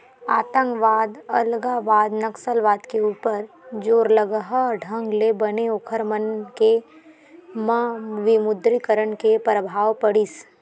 आंतकवाद, अलगावाद, नक्सलवाद के ऊपर जोरलगहा ढंग ले बने ओखर मन के म विमुद्रीकरन के परभाव पड़िस